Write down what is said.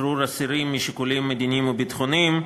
(שחרור אסירים משיקולים מדיניים או ביטחוניים),